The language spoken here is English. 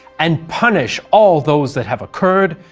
and punish all those that have occurred,